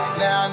now